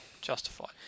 justified